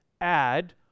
add